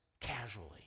casually